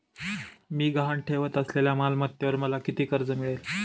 मी गहाण ठेवत असलेल्या मालमत्तेवर मला किती कर्ज मिळेल?